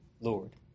Lord